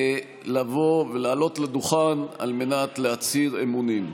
לעלות לדוכן על מנת להצהיר אמונים.